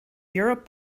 europe